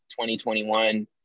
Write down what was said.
2021